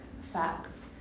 facts